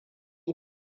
yi